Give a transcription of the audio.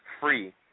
free